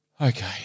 Okay